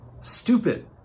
stupid